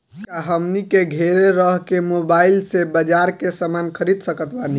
का हमनी के घेरे रह के मोब्बाइल से बाजार के समान खरीद सकत बनी?